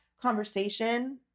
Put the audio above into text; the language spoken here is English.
conversation